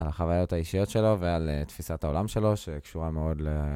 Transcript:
על החוויות האישיות שלו ועל תפיסת העולם שלו, שקשורה מאוד ל...